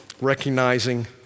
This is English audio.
recognizing